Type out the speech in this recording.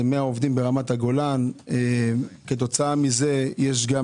זה 100 עובדים ברמת הגולן וכתוצאה מזה יש גם